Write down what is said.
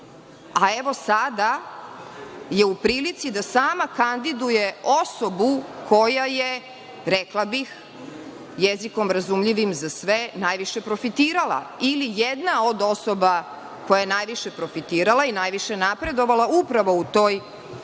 a evo sada je u prilici da sama kandiduje osobu koja je, rekla bih jezikom razumljivim za sve, najviše profitirala ili jedna od osoba koja je najviše profitirala i najviše napredovala upravo u toj